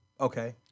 Okay